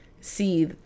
see